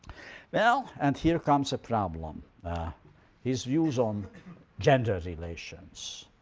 well, and here comes a problem ah his views on gender relations.